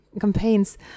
campaigns